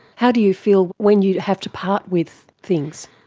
how do you feel when you have to part with things?